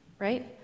right